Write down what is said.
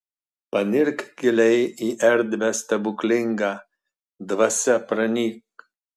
panirk giliai į erdvę stebuklingą dvasia pranyk